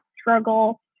struggle